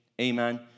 amen